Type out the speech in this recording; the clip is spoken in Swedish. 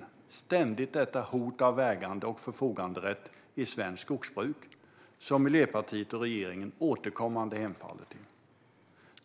Vi ser ständigt detta hot av ägande och förfoganderätt i svenskt skogsbruk som Miljöpartiet och regeringen återkommande hemfaller till.